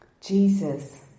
Jesus